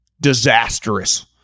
Disastrous